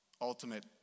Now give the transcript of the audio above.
ultimate